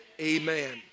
Amen